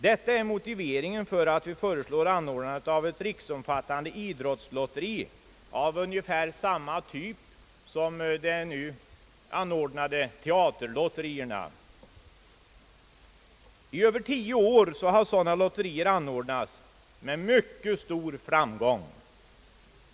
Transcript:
Detta är motiveringen för att vi föreslagit anordnande av ett riksomfattande idrottslotteri av ungefär samma typ som de nu anordnade teaterlotterierna. I över tio år har sådana lotterier anordnats med mycket stor framgång.